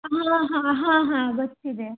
ಹಾಂ ಹಾಂ ಹಾಂ ಹಾಂ ಗೊತ್ತಿದೆ